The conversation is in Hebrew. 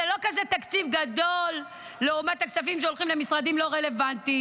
זה לא תקציב כזה גדול לעומת הכספים שהולכים למשרדים לא רלוונטיים.